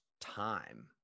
time